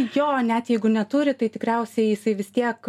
jo net jeigu neturi tai tikriausiai jisai vis tiek